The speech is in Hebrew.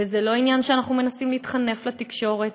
וזה לא עניין שאנחנו מנסים להתחנף לתקשורת,